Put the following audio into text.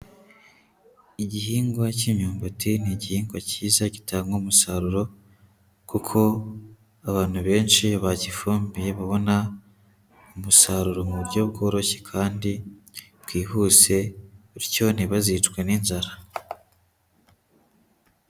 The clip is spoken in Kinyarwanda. Igihingwa cy'imyumbati ni igihingwa cyiza gitanga umusaruro kuko abantu benshi bagifumbiye babona umusaruro mu buryo bworoshye kandi bwihuse bityo ntibazicwe n'inzara.